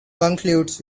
concludes